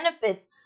benefits